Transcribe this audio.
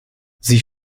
sie